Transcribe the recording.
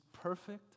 perfect